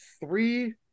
three